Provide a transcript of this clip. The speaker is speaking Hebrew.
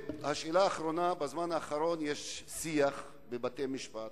שאלה אחרונה: בזמן האחרון יש שיח בבתי-משפט